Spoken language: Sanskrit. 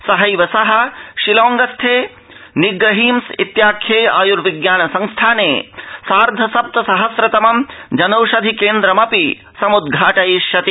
सहब प्र शिलौंगस्थे निग्रहीम्स इत्याख्ये आयुर्विज्ञान संस्थाने सार्ध सप्त सहस्रतमं जनौषधिकेन्द्रमपि समुद्घाटयिष्यति